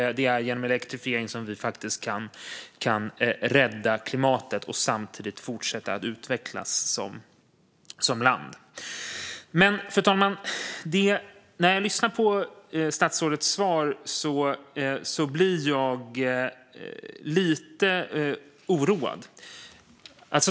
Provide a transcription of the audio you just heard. Det är genom elektrifiering som vi kan rädda klimatet och samtidigt fortsätta att utvecklas som land. Fru talman! När jag lyssnar till statsrådets svar blir jag dock lite oroad.